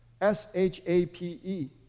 S-H-A-P-E